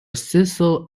cecil